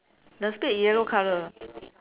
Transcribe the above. the spade yellow colour